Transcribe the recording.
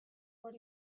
what